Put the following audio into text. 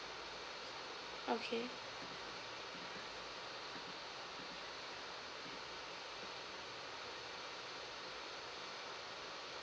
okay